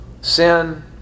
sin